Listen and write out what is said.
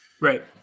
Right